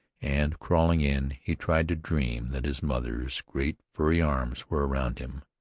and crawling in, he tried to dream that his mother's great, furry arms were around him,